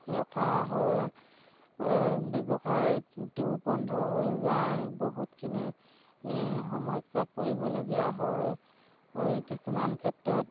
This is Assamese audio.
ৰখা হয় ব্যৱসায়টো বন্ধ হৈ যায় বহুতখিনি সমস্যাত পৰিবলগীয়া হয় কিছুমান ক্ষেত্ৰত